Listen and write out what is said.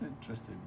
interesting